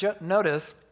notice